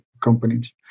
companies